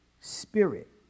spirit